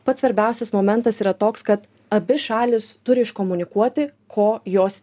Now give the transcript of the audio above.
pats svarbiausias momentas yra toks kad abi šalys turi iškomunikuoti ko jos